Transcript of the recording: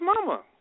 mama